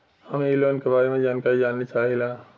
हम इ लोन के बारे मे जानकारी जाने चाहीला?